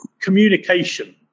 communication